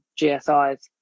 GSIs